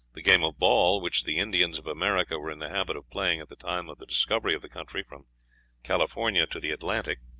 the game of ball, which the indians of america were in the habit of playing at the time of the discovery of the country, from california to the atlantic,